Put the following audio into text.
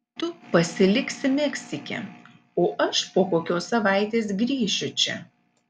tu pasiliksi meksike o aš po kokios savaitės grįšiu čia